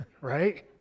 Right